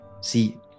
See